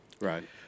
Right